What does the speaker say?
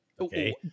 Okay